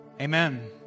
Amen